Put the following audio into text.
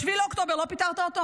ב-7 באוקטובר לא פיטרת אותו.